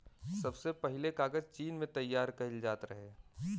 सबसे पहिले कागज चीन में तइयार कइल जात रहे